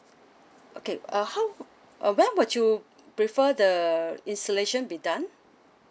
okay uh how uh when would you prefer the installation be done